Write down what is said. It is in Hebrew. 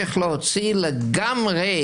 שצריך להוציא לגמרי